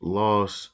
loss